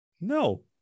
no